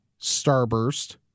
Starburst